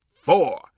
four